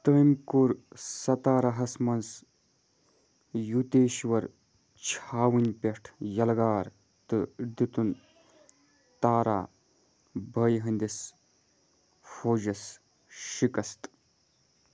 تٔمۍ کوٚر ستاراہس منز یوٗتیشور چھاوٕنۍ پٮ۪ٹھ یلغار تہٕ دِتُن تارا بھایی ہٕنٛدِس فوجس شِكست